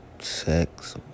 sex